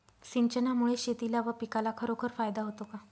सिंचनामुळे शेतीला व पिकाला खरोखर फायदा होतो का?